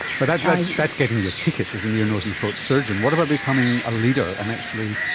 but that's that's getting your ticket as an ear, nose and throat surgeon, what about becoming a leader and actually